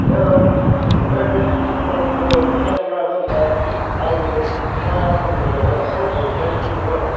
यो त्यस्तो ब्रान्डेड कम्पनीको क्यामरा भन्दा अहिले नयाँ फोन निस्किएको छ स्यामसुङ एस टू फोर